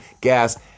gas